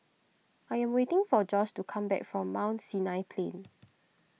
I am waiting for Josh to come back from Mount Sinai Plain